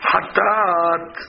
Hatat